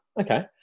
Okay